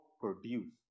produce